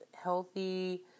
healthy